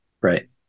Right